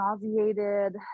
nauseated